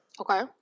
Okay